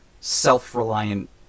self-reliant